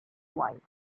wife